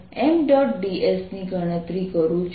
ds ની ગણતરી કરું છું